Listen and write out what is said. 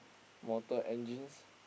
Mortal Engines